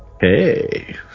hey